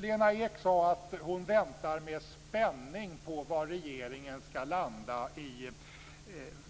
Lena Ek sade att hon väntar med spänning på var regeringen skall landa i